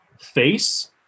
Face